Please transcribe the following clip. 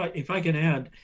if i can add,